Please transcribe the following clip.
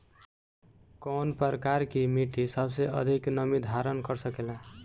कौन प्रकार की मिट्टी सबसे अधिक नमी धारण कर सकेला?